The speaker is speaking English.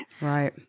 Right